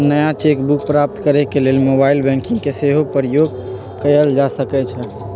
नया cheque book प्राप्त करेके लेल मोबाइल बैंकिंग के सेहो प्रयोग कएल जा सकइ छइ